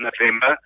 November